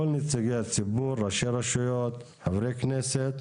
כל נציגי הציבור: ראשי רשויות, חברי הכנסת,